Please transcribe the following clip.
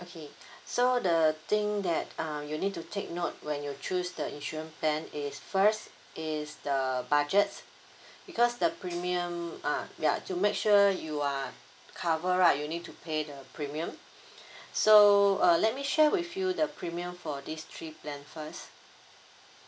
okay so the thing that uh you need to take note when you choose the insurance plan is first is the budgets because the premium uh ya to make sure you are covered right you need to pay the premium so uh let me share with you the premium for these three plans first